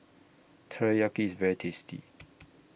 Teriyaki IS very tasty